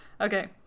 okay